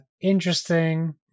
interesting